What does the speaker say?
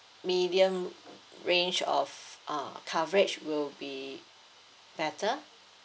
medium range of uh coverage will be better